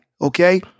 okay